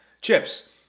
chips